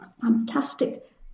fantastic